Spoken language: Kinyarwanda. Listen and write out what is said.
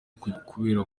kubera